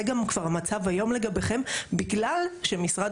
זה גם כבר המצב היום לגביכם בגלל שמשרד